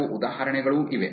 ಕೆಲವು ಉದಾಹರಣೆಗಳೂ ಇವೆ